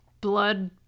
blood